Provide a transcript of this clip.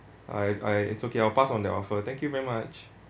I I it's okay I'll pass on that offer thank you very much